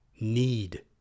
need